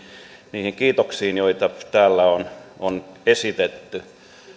niihin kiitoksiin joita täällä on esitetty